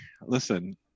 listen